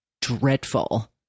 dreadful